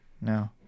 No